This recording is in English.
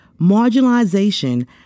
marginalization